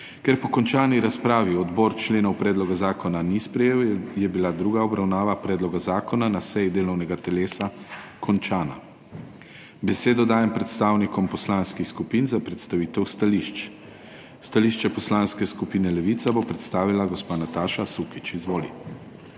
Ker po končani razpravi odbor členov predloga zakona ni sprejel, je bila druga obravnava predloga zakona na seji delovnega telesa končana. Besedo dajem predstavnikom poslanskih skupin za predstavitev stališč. Stališče Poslanske skupine Levica bo predstavila gospa Nataša Sukič. Izvoli.